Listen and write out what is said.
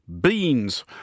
Beans